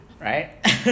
Right